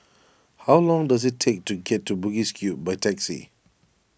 how long does it take to get to Bugis Cube by taxi